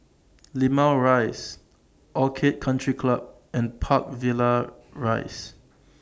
Limau Rise Orchid Country Club and Park Villas Rise